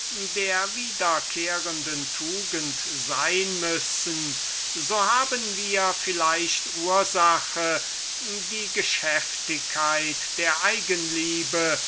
der wiederkehrenden tugend sein müssen so haben wir vielleicht ursache die geschäftigkeit der eigenliebe